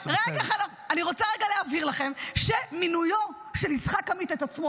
אני רוצה רגע להבהיר לכם שמינויו של יצחק עמית את עצמו